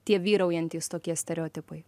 tie vyraujantys tokie stereotipai